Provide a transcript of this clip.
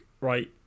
right